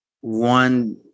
one